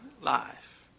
life